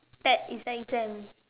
that is exam